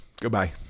Goodbye